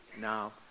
Now